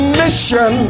mission